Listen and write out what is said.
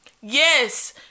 Yes